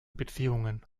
beziehungen